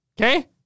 Okay